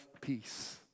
peace